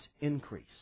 increase